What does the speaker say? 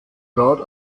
rad